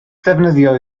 ddefnyddio